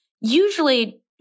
usually